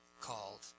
called